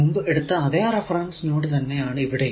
മുമ്പ് എടുത്ത അതെ റഫറൻസ് നോഡ് തന്നെ ആണ് ഇവിടെയും